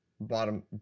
bottom